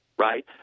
right